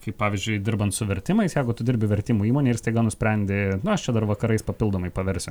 kaip pavyzdžiui dirbant su vertimais jeigu tu dirbi vertimo įmonėj ir staiga nusprendi nu aš čia dar vakarais papildomai paversiu